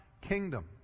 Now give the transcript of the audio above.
kingdom